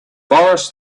boris